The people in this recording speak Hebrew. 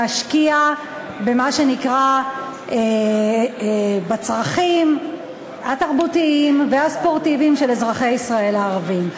להשקיע מה שנקרא הצרכים התרבותיים והספורטיביים של אזרחי ישראל הערבים.